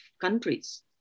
countries